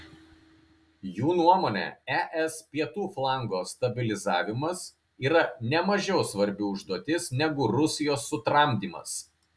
jų nuomone es pietų flango stabilizavimas yra nemažiau svarbi užduotis negu rusijos sutramdymas